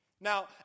Now